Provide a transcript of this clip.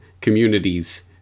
communities